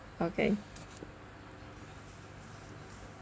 okay